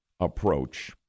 approach